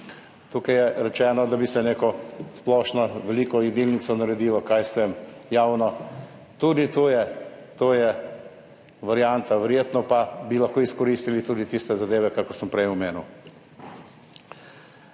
Tukaj je rečeno, da bi se neko splošno veliko jedilnico naredilo, javno. Tudi to je varianta. Verjetno pa bi lahko izkoristili tudi tiste zadeve, ki sem jih prej omenil.